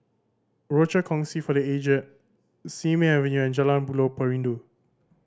Rochor Kongsi for The Aged Simei Avenue and Jalan Buloh Perindu